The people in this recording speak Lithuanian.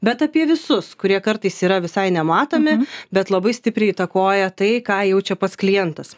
bet apie visus kurie kartais yra visai nematomi bet labai stipriai įtakoja tai ką jaučia pats klientas